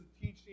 teaching